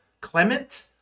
clement